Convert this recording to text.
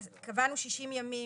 אז קבענו 60 ימים